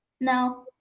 No